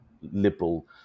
liberal